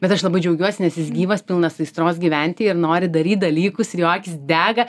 bet aš labai džiaugiuosi nes jis gyvas pilnas aistros gyventi ir nori daryt dalykus ir jo akys dega